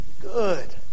good